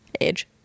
age